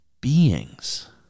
beings